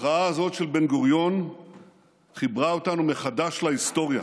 ההכרעה הזאת של בן-גוריון חיברה אותנו מחדש להיסטוריה,